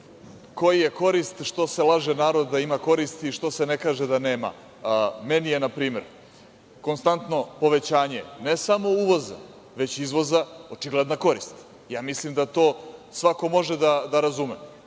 koja je korist što se laže narod da ima koristi, što se ne kaže da nema? Meni je, na primer, konstantno povećanje ne samo uvoza, već i izvoza očigledna korist. Mislim da to svako može da razume.